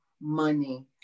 money